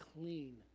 clean